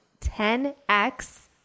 10x